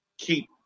keep